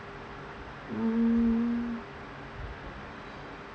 um